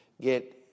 get